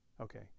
Okay